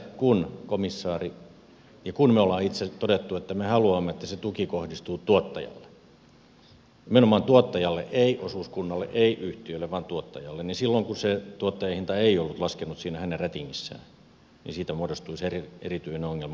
kun me olemme itse todenneet että me haluamme että se tuki kohdistuu tuottajalle nimenomaan tuottajalle ei osuuskunnalle ei yhtiölle vaan tuottajalle niin silloin kun se tuottajahinta ei ollut laskenut siinä hänen rätingissään niin siitä muodostui se erityinen ongelma